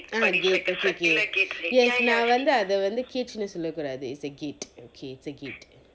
ah gate okay okay yes நா வந்து அத வந்து:naa vanthu atha vanthu cage னு சொல்லக்கூடாது:nu sollakkoodathu it's a gate okay it's a gate